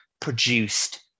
produced